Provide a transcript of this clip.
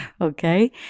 Okay